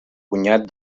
cunyat